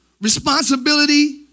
responsibility